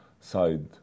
side